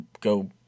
go